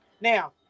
Now